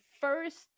first